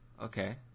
Okay